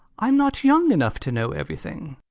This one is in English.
i'm not young enough to know everything.